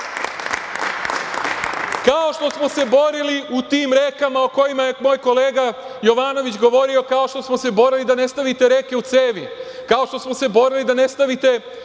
kao što smo se borili u tim rekama o kojima je moj kolega Jovanović govorio, kao što smo se borili da ne stavite reke u cevi, kao što smo se borili da ne